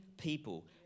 people